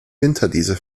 winterdiesel